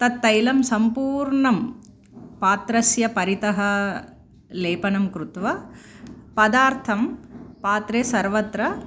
तत्तैलं सम्पूर्णं पात्रस्य परितः लेपनं कृत्वा पदार्थं पात्रे सर्वत्र